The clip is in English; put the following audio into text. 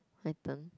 my turn